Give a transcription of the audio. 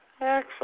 Excellent